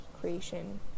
creation